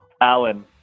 Alan